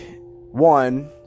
one